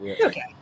Okay